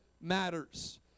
matters